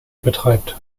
betreibt